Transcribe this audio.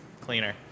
cleaner